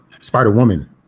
Spider-Woman